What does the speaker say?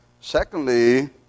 Secondly